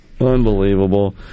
Unbelievable